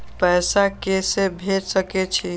पैसा के से भेज सके छी?